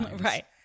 Right